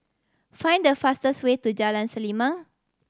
find the fastest way to Jalan Selimang